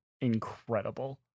incredible